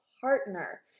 partner